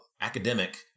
academic